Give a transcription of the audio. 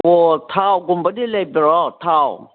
ꯑꯣ ꯊꯥꯎꯒꯨꯝꯕꯗꯤ ꯂꯩꯕ꯭ꯔꯣ ꯊꯥꯎ